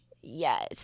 Yes